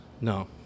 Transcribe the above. No